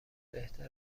بهتر